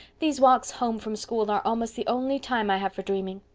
these walks home from school are almost the only time i have for dreaming.